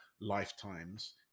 lifetimes